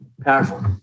powerful